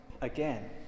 again